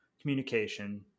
communication